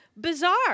Bizarre